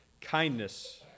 Kindness